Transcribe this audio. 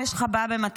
אם יש לך בעיה במתמטיקה,